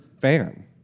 fan